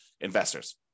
investors